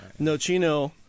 Nochino